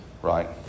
Right